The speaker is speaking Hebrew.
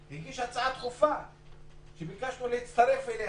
הגיש הצעה דחופה שביקשנו להצטרף אליה,